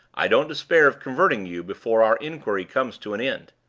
i don't despair of converting you before our inquiry comes to an end.